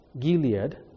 Gilead